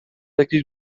jakiś